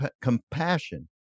compassion